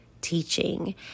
teaching